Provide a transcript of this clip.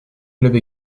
clubs